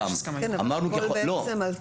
כן, אבל הכול בעצם על תנאי.